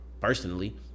personally